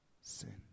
sin